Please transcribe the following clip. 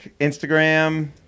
Instagram